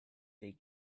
they